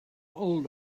old